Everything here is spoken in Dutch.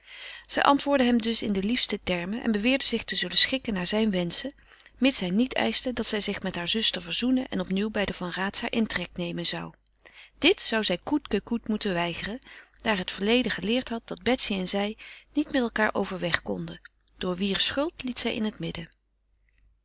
zij antwoordde hem dus in de liefste termen en beweerde zich te zullen schikken naar zijne wenschen mits hij niet eischte dat zij zich met hare zuster verzoenen en opnieuw bij de van raats haren intrek nemen zou dit zou zij coûte que coûte moeten weigeren daar het verleden geleerd had dat betsy en zij niet met elkaâr overweg konden door wier schuld liet zij in het midden